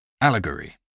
Allegory